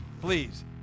please